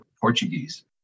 Portuguese